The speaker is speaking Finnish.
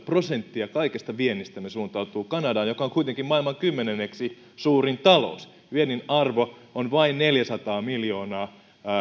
prosenttia kaikesta viennistämme suuntautuu kanadaan joka on kuitenkin maailman kymmenenneksi suurin talous viennin arvo on vain neljäsataa miljoonaa